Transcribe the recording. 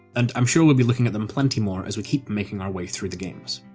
and i'm sure we'll be looking at them plenty more as we keep making our way through the games.